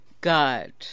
God